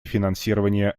финансирования